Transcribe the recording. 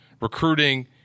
recruiting